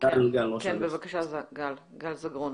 גל זגרון,